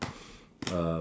um